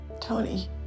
Tony